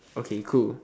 okay cool